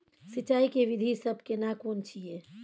सिंचाई के विधी सब केना कोन छिये?